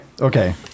Okay